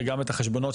אין לך טיעון.